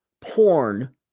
porn